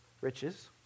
Riches